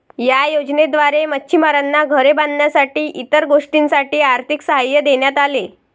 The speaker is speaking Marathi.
या योजनेद्वारे मच्छिमारांना घरे बांधण्यासाठी इतर गोष्टींसाठी आर्थिक सहाय्य देण्यात आले